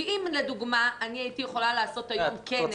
אם לדוגמה הייתי יכולה לעשות היום כנס --- את